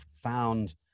found